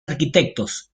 arquitectos